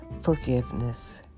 forgiveness